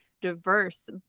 diverse